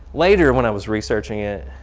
later when i was researching it,